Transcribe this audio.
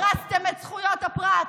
הרסתם את זכויות הפרט,